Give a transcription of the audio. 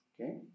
okay